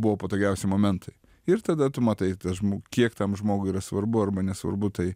buvo patogiausi momentai ir tada tu matai tą žmo kiek tam žmogui yra svarbu arba nesvarbu tai